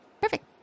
perfect